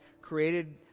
created